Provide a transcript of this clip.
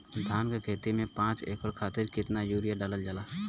धान क खेती में पांच एकड़ खातिर कितना यूरिया डालल जाला?